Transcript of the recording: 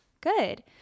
Good